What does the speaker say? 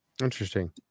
Interesting